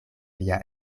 via